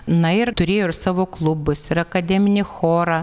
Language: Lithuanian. na ir turėjo ir savo klubus ir akademinį chorą